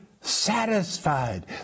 satisfied